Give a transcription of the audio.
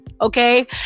okay